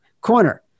Corner